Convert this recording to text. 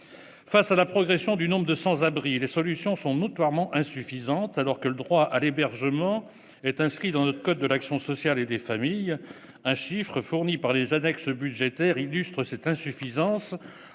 Face à la progression du nombre de sans-abri, les solutions sont notablement insuffisantes, alors que le droit à l'hébergement est inscrit dans le code de l'action sociale et des familles. Un chiffre, fourni par les annexes budgétaires, illustre cette insuffisance